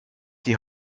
die